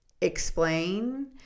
explain